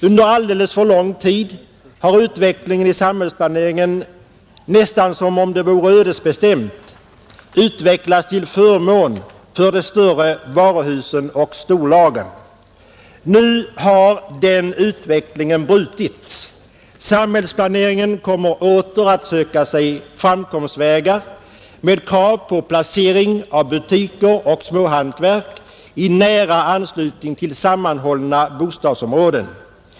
Under alldeles för lång tid har utvecklingen i samhällsplaneringen nästan som om det vore ödesbestämt utvecklats till förmån för de större varuhusen och storlagren. Nu har den utvecklingen brutits. Samhällsplaneringen kommer åter att söka sig framkomstvägar med krav på placering av butiker och småhantverkare i nära anslutning till sammanhållna bostadsområden.